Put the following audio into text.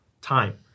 time